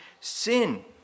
sin